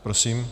Prosím.